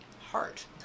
heart